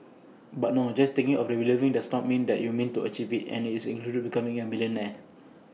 but no just thinking or believing does not mean that you mean to achieve IT and that includes becoming A millionaire